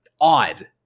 odd